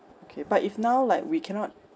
okay but if now like we cannot